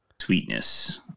sweetness